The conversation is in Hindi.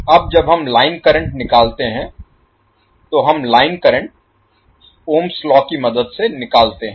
अब जब हम लाइन करंट निकालते हैं तो हम line current Ohm's Ohm's law की मदद से निकालते हैं